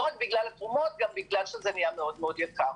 לא רק בגלל התרומות אלא בגלל שזה נהיה מאוד יקר.